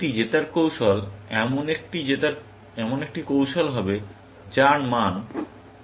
একটি জেতার কৌশল এমন একটি কৌশল হবে যার মান মূলত 1